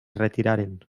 retiraren